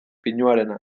pinuarena